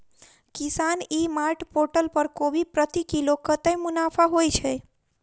किसान e mart portal पर कोबी प्रति किलो कतै मुनाफा होइ छै?